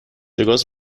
وگاس